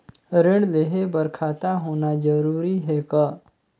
ऋण लेहे बर खाता होना जरूरी ह का?